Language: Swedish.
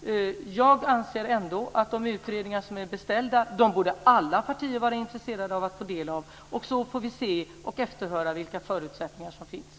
Jag anser att alla partier borde vara intresserade av att få del av de utredningar som är beställda. Sedan får vi se och efterhöra vilka förutsättningar som finns.